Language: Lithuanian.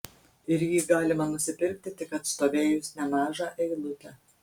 ir jį galima nusipirkti tik atstovėjus nemažą eilutę